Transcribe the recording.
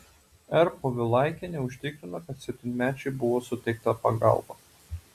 r povilaikienė užtikrino kad septynmečiui buvo suteikta pagalba